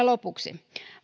lopuksi